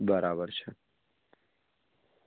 બરાબર છે